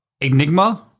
Enigma